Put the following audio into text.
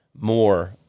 more